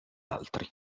altri